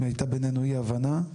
אם הייתה בינינו אי הבנה,